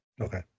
Okay